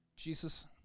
Jesus